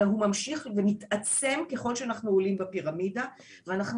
אלא הוא ממשיך ומתעצם ככל שאנחנו עולים בפירמידה ואנחנו